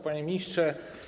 Panie Ministrze!